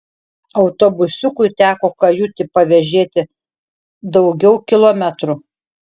autobusiukui teko kajutį pavėžėti daugiau kilometrų